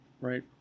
right